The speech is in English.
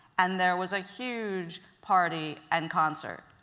and there was a huge party and concert.